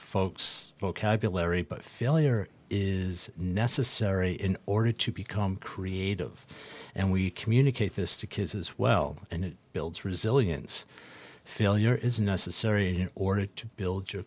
folks vocabulary failure is necessary in order to become creative and we communicate this to kids as well and it builds resilience failure is necessary order to build your